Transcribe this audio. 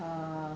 err